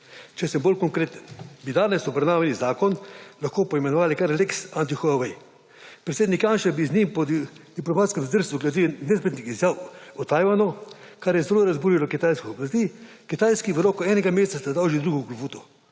Če sem bolj konkreten, bi danes obravnavani zakon lahko poimenovali kar lex anti-Huawei. Predsednik Janša bi z njim po diplomatskem zdrsu glede nespretnih izjav o Tajvanu, kar je zelo razburilo kitajske oblasti, Kitajski v roku enega meseca zadal že drugo klofuto,